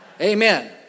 Amen